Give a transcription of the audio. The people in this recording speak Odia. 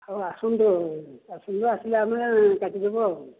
ହଁ ଆସନ୍ତୁ ଆସନ୍ତୁ ଆସିଲେ ଆମେ କାଟିଦେବୁ ଆଉ